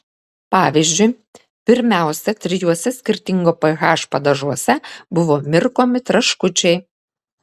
pavyzdžiui pirmiausia trijuose skirtingo ph padažuose buvo mirkomi traškučiai